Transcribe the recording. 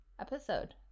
episode